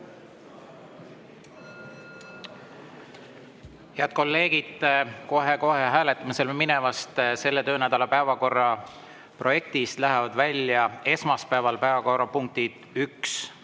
Head kolleegid, kohe-kohe hääletamisele minevast selle töönädala päevakorra projektist lähevad välja esmaspäeval päevakorrapunktid 1,